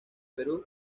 perú